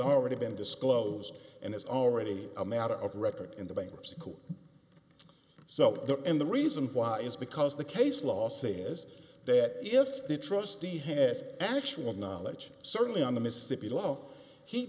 already been disclosed and is already a matter of record in the bankruptcy court so that and the reason why is because the case law say is that if the trustee has actual knowledge certainly on the mississippi law he